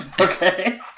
Okay